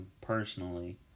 personally